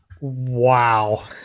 Wow